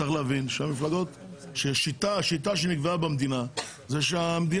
צריך להבין שהשיטה שנקבעה במדינה היא שהמדינה